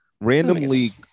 randomly